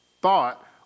thought